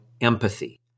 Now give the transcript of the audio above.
empathy